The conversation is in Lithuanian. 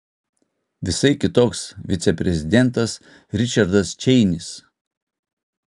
visai kitoks viceprezidentas ričardas čeinis